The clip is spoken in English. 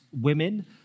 women